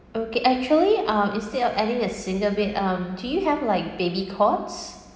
okay actually uh instead of adding a single bed um do you have like baby cots